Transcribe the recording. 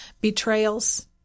betrayals